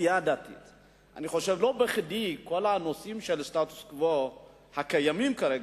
אני חושב שלא בכדי כל הנושאים של הסטטוס-קוו הקיימים כרגע,